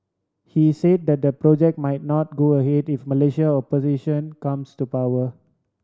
he say that the project might not go ahead if Malaysia opposition comes to power